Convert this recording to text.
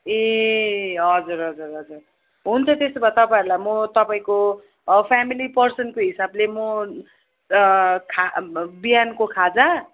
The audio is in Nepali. ए हजुर हजुर हजर हुन्छ त्यसो भए तपाईँहरूलाई म तपाईँको फ्यामिली पर्सनको हिसाबले म खा बिहानको खाजा